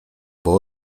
było